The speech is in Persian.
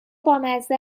بامزه